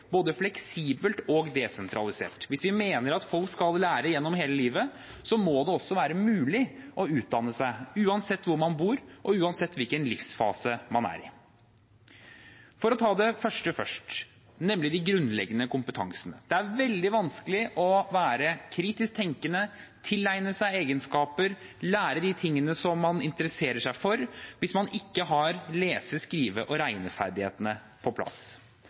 både fleksibelt og desentralisert. Hvis vi mener at folk skal lære gjennom hele livet, må det også være mulig å utdanne seg, uansett hvor man bor, og uansett hvilken livsfase man er i. For å ta det første først, nemlig de grunnleggende kompetansene: Det er veldig vanskelig å være kritisk tenkende, tilegne seg egenskaper, lære det man interesserer seg for, hvis man ikke har lese-, skrive- og regneferdighetene på plass.